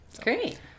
Great